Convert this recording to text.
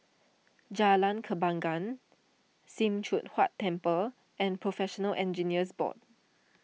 Jalan Kembangan Sim Choon Huat Temple and Professional Engineers Board